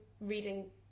reading